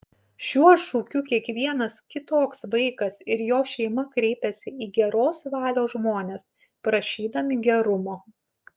šiuo šūkiu kiekvienas kitoks vaikas ir jo šeima kreipiasi į geros valios žmones prašydami gerumo